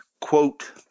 quote